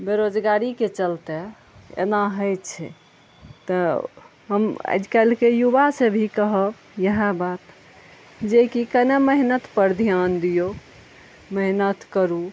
बेरोजगारीके चलते तऽ एना होइ छै तऽ हम आइकाल्हिके युवा से भी कहब इएह बात जेकि कने मेहनत पर ध्यान दियौ मेहनत करू